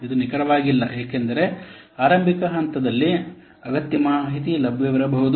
ಇದು ನಿಖರವಾಗಿಲ್ಲ ಏಕೆಂದರೆ ಆರಂಭಿಕ ಹಂತದಲ್ಲಿ ಅಗತ್ಯ ಮಾಹಿತಿ ಲಭ್ಯವಿಲ್ಲದಿರಬಹುದು